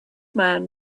man